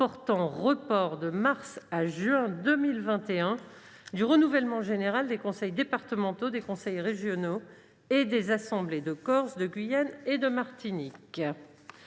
portant report, de mars à juin 2021, du renouvellement général des conseils départementaux, des conseils régionaux et des assemblées de Corse, de Guyane et de Martinique